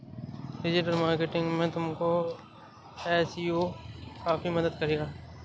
digital marketing में तुमको SEO काफी मदद करेगा